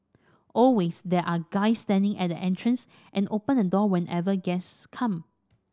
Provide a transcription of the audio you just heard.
always there are guys standing at the entrance and open the door whenever guests come